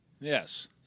Yes